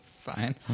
fine